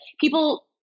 people